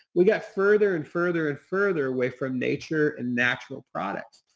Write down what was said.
we got further and further and further away from nature and natural products.